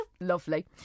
Lovely